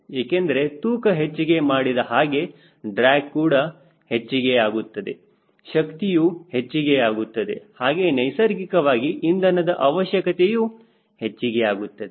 ಏಕೆಂದರೆ ತೂಕ ಹೆಚ್ಚಿಗೆ ಮಾಡಿದ ಹಾಗೆ ಡ್ರ್ಯಾಗ್ ಕೂಡ ಮೆಚ್ಚಿಗೆಯಾಗುತ್ತದೆ ಶಕ್ತಿಯು ಹೆಚ್ಚಿಗೆಯಾಗುತ್ತದೆ ಹಾಗೆ ನೈಸರ್ಗಿಕವಾಗಿ ಇಂಧನದ ಅವಶ್ಯಕತೆಯು ಹೆಚ್ಚಾಗುತ್ತದೆ